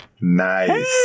Nice